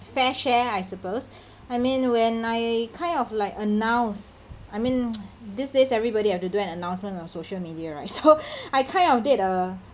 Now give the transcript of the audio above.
fair share I suppose I mean when I kind of like announce I mean these days everybody have to do an announcement on social media right so I kind of did a